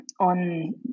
on